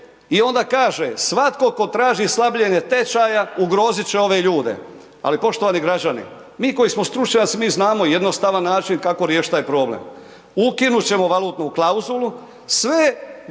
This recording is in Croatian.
i onda kaže, svatko tko traži slabljenje tečaja ugrozit će ove ljude. Ali poštovani građani, mi koji smo stručnjaci, mi znamo jednostavan način kako riješiti taj problem. Ukinut ćemo valutnu klauzulu, sve